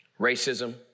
racism